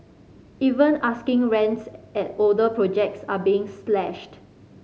even asking rents at older projects are being slashed